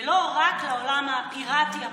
ולא רק לעולם הפיראטי הפרטי,